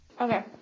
okay